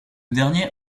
dernier